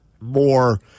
more